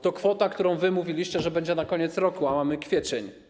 To kwota, o której wy mówiliście, że będzie na koniec roku, a mamy kwiecień.